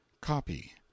COPY